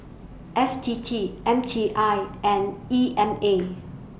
F T T M T I and E M A